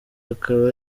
akaba